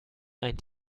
ein